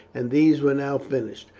and these were now finished.